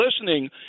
listening